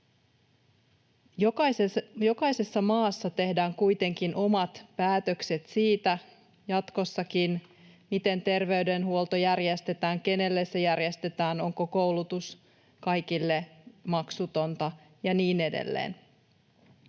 Jokaisessa maassa tehdään kuitenkin jatkossakin omat päätökset siitä, miten terveydenhuolto järjestetään, kenelle se järjestetään, onko koulutus kaikille maksutonta ja niin edelleen.